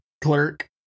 clerk